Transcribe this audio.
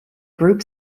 group